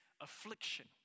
affliction